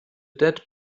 dead